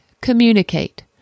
communicate